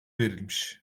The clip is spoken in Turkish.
verilmiş